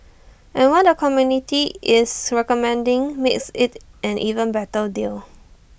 and what the committee is recommending makes IT an even better deal